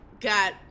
got